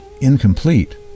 incomplete